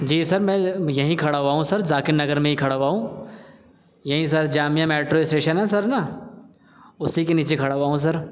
جی sir میں یہیں کھڑا ہوا ہوں سر ذاکر نگر میں ہی کھڑا ہوا ہوں یہیں سر جامعہ میٹرو اسٹیشن ہے سر نا اسی کے نیچے کھڑا ہوا ہوں سر